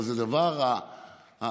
אבל זה הדבר הבסיסי,